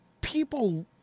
people